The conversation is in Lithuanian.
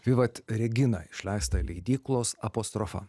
vivat regina išleistą leidyklos apostrofa